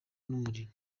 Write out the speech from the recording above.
n’umuriro